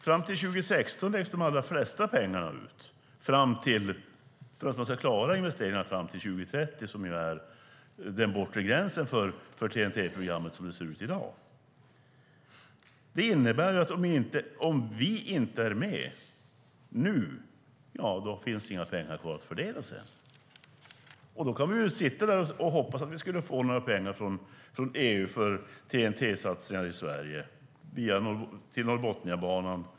Fram till 2016 har de flesta pengarna lagts ut för att man ska klara investeringarna fram till 2030, som är den bortre gränsen för TEN-T-programmet, som det ser ut i dag. Det innebär att om vi inte är med nu finns det inga pengar kvar att fördela sedan. Då kan vi sitta där och hoppas att vi ska få några pengar från EU för TEN-T-satsningar i Sverige på Norrbotniabanan.